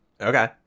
okay